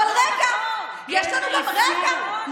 אבל רגע, יש לנו גם, זה לא נכון.